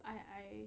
I I